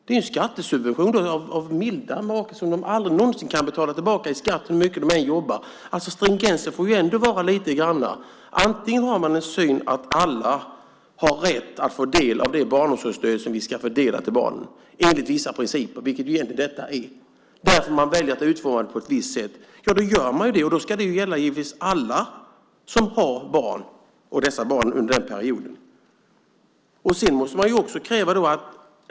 Det är en skattesubvention som de aldrig någonsin kan betala tillbaka i skatt, hur mycket de än jobbar. Det får ju ändå vara lite stringens. Man kan ha uppfattningen att alla har rätt att få del av det barnomsorgsstöd som vi ska fördela till barnen enligt vissa principer, vilket egentligen detta är, därför att man väljer att utforma det på ett visst sätt. Då gör man det, och då ska det givetvis gälla alla som har barn och dessa barn under den perioden.